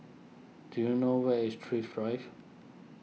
do you know where is Thrift Drive